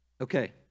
Okay